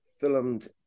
filmed